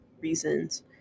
reasons